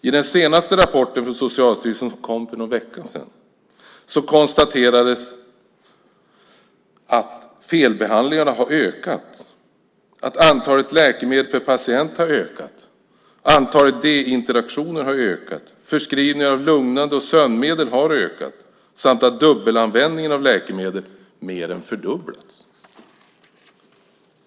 I den senaste rapporten från Socialstyrelsen, som kom för någon vecka sedan, konstaterades att felbehandlingarna har ökat, att antalet läkemedel per patient har ökat, att antalet D-interaktioner har ökat, att förskrivningen av lugnande medel och sömnläkemedel har ökat samt att dubbelanvändningen av läkemedel mer än fördubblats.